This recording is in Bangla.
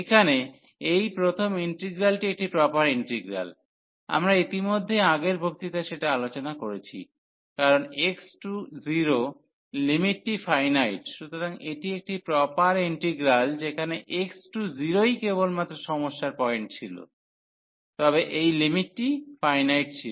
এখানে এই প্রথম ইন্টিগ্রালটি একটি প্রপার ইন্টিগ্রাল আমরা ইতিমধ্যেই আগের বক্তৃতায় সেটা আলোচনা করেছি কারণ x→0 লিমিটটি ফাইনাইট সুতরাং এটি একটি প্রপার ইন্টিগ্রাল যেখানে x→0 ই কেবলমাত্র সমস্যার পয়েন্ট ছিল তবে এই লিমিটটি ফাইনাইট ছিল